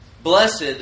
Blessed